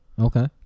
Okay